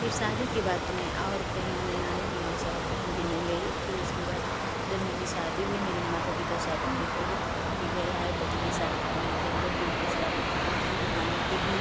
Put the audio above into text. फिर शादी के बाद तो मैं और कहीं अन्य नानी के गाँव से और कहीं भी नहीं गई फिर उसके बाद जब मेरी शादी हो गई मेरे माता पिता शादी मेरी कर दिए तो पति के घर आए पति के साथ मैं वह जब ड्यूटी से आते थे तो मुझे घुमाने के लिए